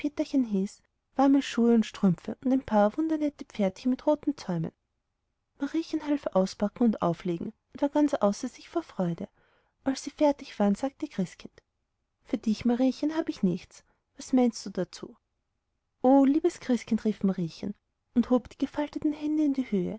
warme schuhe und strümpfe und ein paar wundernette pferdchen mit roten zäumen mariechen half auspacken und auflegen und war ganz außer sich vor freude als sie fertig waren sagte christkind für dich mariechen habe ich nichts was meinst du dazu oh liebes christkind rief mariechen und hob die gefalteten hände in die höhe